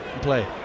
play